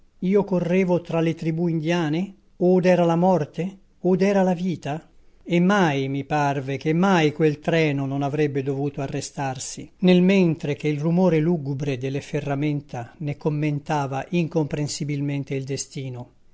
io correvo tra le tribù indiane od era la morte od era la vita e mai mi parve che mai quel treno non avrebbe dovuto arrestarsi nel mentre che il rumore lugubre delle ferramenta ne commentava incomprensibilmente il destino